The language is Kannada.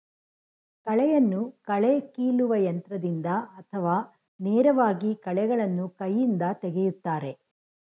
ಕಳೆಯನ್ನು ಕಳೆ ಕೀಲುವ ಯಂತ್ರದಿಂದ ಅಥವಾ ನೇರವಾಗಿ ಕಳೆಗಳನ್ನು ಕೈಯಿಂದ ತೆಗೆಯುತ್ತಾರೆ